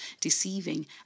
deceiving